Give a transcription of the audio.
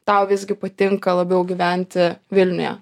tau visgi patinka labiau gyventi vilniuje